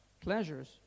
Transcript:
pleasures